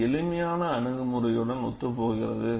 இது எளிமையான அணுகுமுறையுடன் ஒத்துப்போகிறது